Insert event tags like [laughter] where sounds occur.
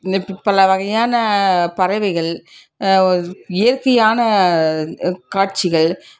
[unintelligible] பலவகையான பறவைகள் இயற்கையான காட்சிகள்